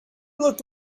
looked